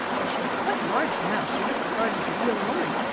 though she was quite large now she looked as large as a real woman.